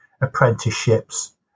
apprenticeships